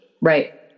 Right